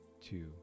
two